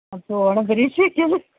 അപ്പോൾ ഓണ പരീക്ഷയൊക്കെ